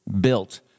built